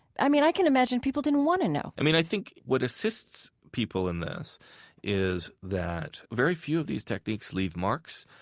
i mean, i can imagine people didn't want to know i mean, i think what assists people in this is that very few of these techniques leave marks.